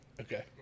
Okay